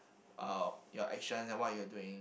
uh your actions and what you are doing